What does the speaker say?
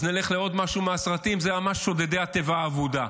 אז נלך לעוד משהו מהסרטים: זה ממש שודדי התיבה האבודה.